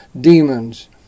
demons